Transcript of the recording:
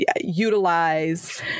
utilize